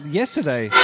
yesterday